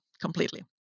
completely